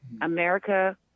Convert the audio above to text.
America—